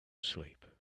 sleep